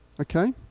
okay